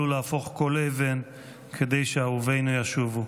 ולהפוך כל אבן כדי שאהובינו ישובו.